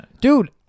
Dude